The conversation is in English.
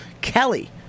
KELLY